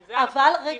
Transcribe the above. על זה אנחנו מסכימים.